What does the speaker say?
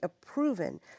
proven